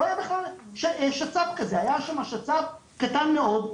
לא היה בכלל שצ"ף קטן מאוד,